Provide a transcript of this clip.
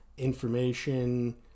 information